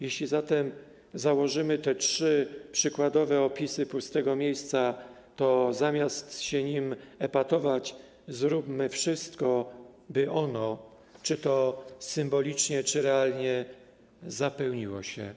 Jeśli zatem założymy te trzy przykładowe opisy pustego miejsca, to zamiast nim epatować, zróbmy wszystko, by ono, czy to symbolicznie, czy to realnie, zapełniło się.